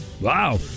Wow